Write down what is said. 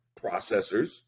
processors